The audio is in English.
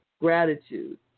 gratitude